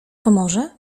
pomoże